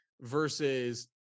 versus